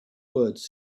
words